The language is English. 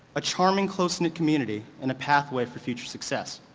a charming, close knit community in a pathway for future success.